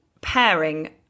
pairing